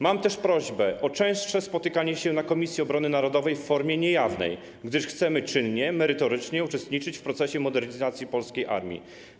Mam też prośbę o częstsze spotykanie się na posiedzeniach Komisji Obrony Narodowej w formie niejawnej, gdyż chcemy czynnie, merytorycznie uczestniczyć w procesie modernizacji polskiej armii.